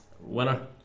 Winner